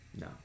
No